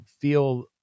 feel